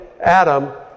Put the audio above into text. Adam